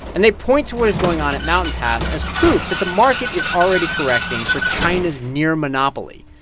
and they point to what is going on at mountain pass as proof that the market is already correcting for china's near-monopoly.